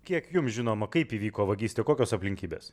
kiek jums žinoma kaip įvyko vagystė kokios aplinkybės